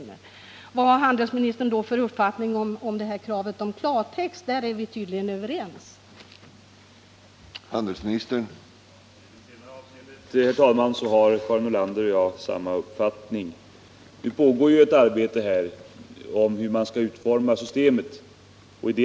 Vad har handelsministern för uppfattning om kravet på klartext? Jag utgår ifrån att vi är överens på den punkten.